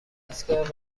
ایستگاه